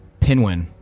Pinwin